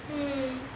hmm